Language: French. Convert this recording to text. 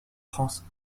france